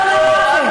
בואו נתלה,